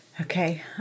Okay